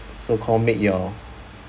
so called make your